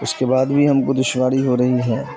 اس کے بعد بھی ہم کو دشواری ہو رہی ہے